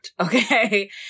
Okay